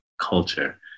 culture